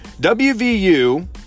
WVU